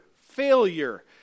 failure